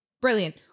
Brilliant